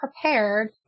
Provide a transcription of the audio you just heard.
prepared